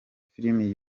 film